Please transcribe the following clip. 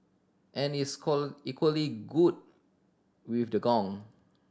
and is equally good with the gong